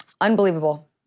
unbelievable